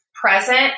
present